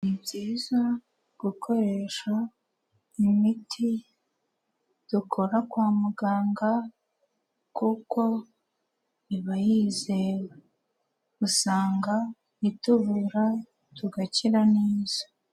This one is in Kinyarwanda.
Ni byiza gukoresha imiti dukura kwa muganga kuko iba yizewe, usanga ituvura tugakira neza.